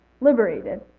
liberated